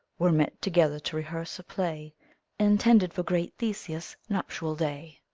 were met together to rehearse a play intended for great theseus' nuptial day.